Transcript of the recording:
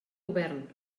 govern